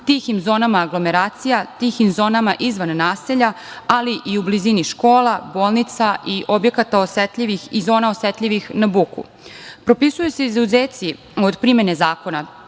tihim zonama anglomeracija, tihim zonama izvan naselja, ali i u blizini škola, bolnica i zona osetljivih na buku. Propisuju se izuzeci od primene zakona.